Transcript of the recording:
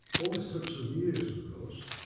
all this took some years of course,